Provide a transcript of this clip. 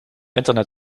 internet